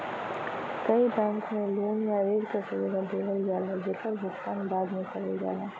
कई बैंक में लोन या ऋण क सुविधा देवल जाला जेकर भुगतान बाद में करल जाला